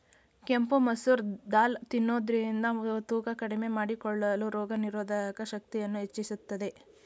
ಕೆಂಪು ಮಸೂರ್ ದಾಲ್ ತಿನ್ನೋದ್ರಿಂದ ತೂಕ ಕಡಿಮೆ ಮಾಡಿಕೊಳ್ಳಲು, ರೋಗನಿರೋಧಕ ಶಕ್ತಿಯನ್ನು ಹೆಚ್ಚಿಸುತ್ತದೆ